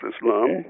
Islam